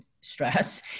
stress